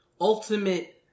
ultimate